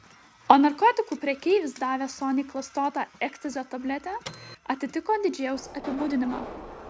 o narkotikų prekeivis davęs soniai klastotą ekstazio tabletę atitiko didžėjaus apibūdinimą